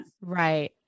Right